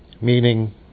meaning